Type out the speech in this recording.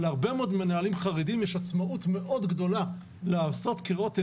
להרבה מאוד מנהלים חרדים יש עצמאות מאוד גדולה לעשות כראות עיניהם,